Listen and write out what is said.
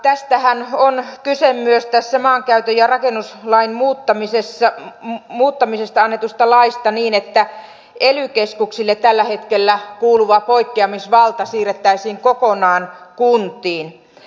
tästähän on kyse myös tässä maankäyttö ja rakennuslain muuttamisesta annetussa laissa niin että ely keskuksille tällä hetkellä kuuluva poikkeamisvalta siirrettäisiin kokonaan kuntiin